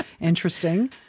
Interesting